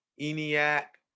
ENIAC